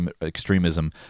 extremism